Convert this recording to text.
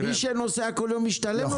מי שנוסע כל יום משתלם לו לקנות.